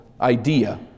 idea